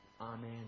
Amen